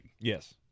yes